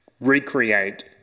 recreate